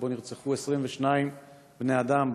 שבו נרצחו 22 בני אדם,